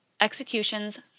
Executions